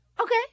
Okay